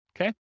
Okay